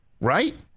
right